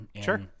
Sure